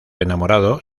enamorado